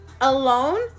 alone